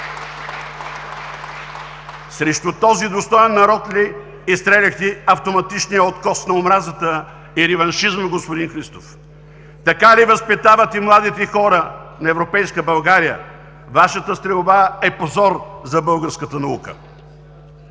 Срещу този достоен народ ли изстреляхте автоматичния откос на омразата и реваншизма, господин Христов? Така ли възпитавате младите хора на европейска България? Вашата стрелба е позор за българската наука!